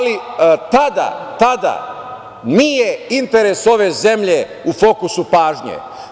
Tada nije interes ove zemlje u fokusu pažnje.